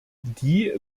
die